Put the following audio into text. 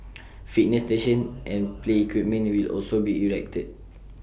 fitness stations and play equipment will also be erected